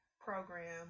program